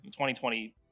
2020